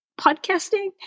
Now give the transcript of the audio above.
podcasting